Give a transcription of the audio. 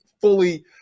fully